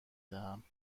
دهم